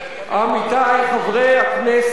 האנשים שעושים את הנזק מדווחים